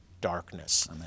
darkness